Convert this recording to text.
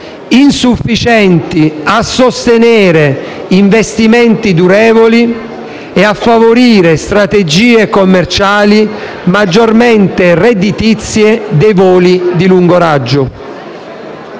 insufficienti a sostenere investimenti durevoli e a favorire strategie commerciali maggiormente redditizie dei voli di lungo raggio.